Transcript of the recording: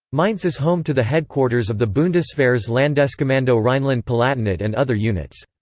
mainz is home to the headquarters of the bundeswehr's landeskommando rhineland-palatinate and other units.